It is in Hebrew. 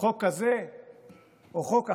חוק כזה או חוק אחר,